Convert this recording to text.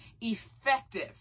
effective